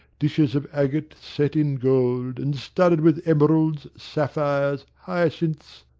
dishes of agat set in gold, and studded with emeralds, sapphires, hyacinths,